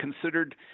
considered